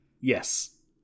Yes